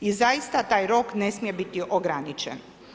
I zaista taj rok ne smije biti ograničen.